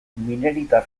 minerita